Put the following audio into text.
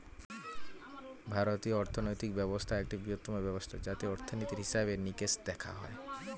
ভারতীয় অর্থনৈতিক ব্যবস্থা একটি বৃহত্তম ব্যবস্থা যাতে অর্থনীতির হিসেবে নিকেশ দেখা হয়